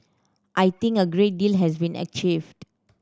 I think a great deal has been achieved